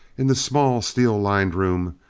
in the small, steel-lined room,